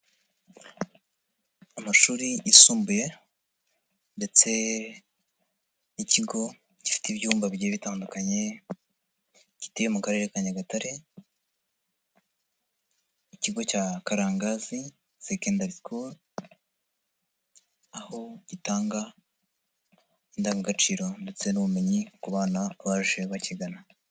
Amashuri yisumbuye ndetse ni ikigo gifite ibyumba bigiye bitandukanye gituye mu karere ka Nyagatare, ikigo cya Karangazi secondary school, aho gitanga indangagaciro ndetse n'ubumenyi ku bana baje bakigana.